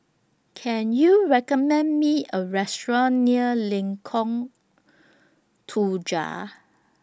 Can YOU recommend Me A Restaurant near Lengkong Tujuh